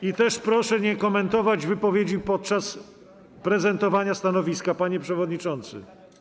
I też proszę nie komentować wypowiedzi podczas prezentowania stanowiska, panie przewodniczący.